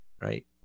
right